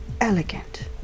elegant